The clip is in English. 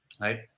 Right